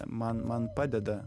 man man padeda